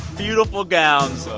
beautiful gowns.